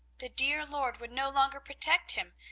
the dear lord would no longer protect him,